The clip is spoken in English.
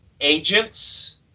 agents